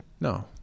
No